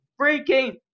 freaking